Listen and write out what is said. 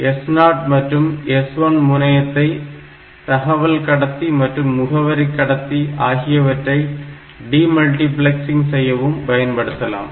S0 மற்றும் S1 மனையத்தை தகவல் கடத்தி மற்றும் முகவரி கடத்தி ஆகியவற்றை டி மல்டிப்ளெக்ஸிங் செய்யவும் பயன்படுத்தலாம்